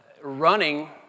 running